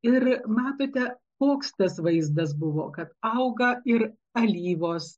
ir matote koks tas vaizdas buvo kad auga ir alyvos